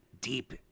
deep